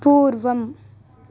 पूर्वम्